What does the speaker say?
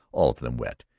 all of them wet,